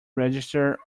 register